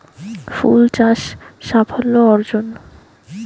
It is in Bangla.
ফুল চাষ সাফল্য অর্জন?